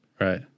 Right